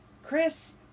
Chris